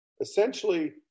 Essentially